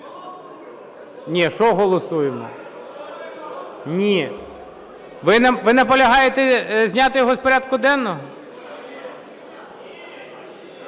Ні, що голосуємо? Ні. Ви наполягаєте зняти його з порядку денного?